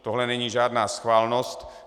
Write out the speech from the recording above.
Tohle není žádná schválnost.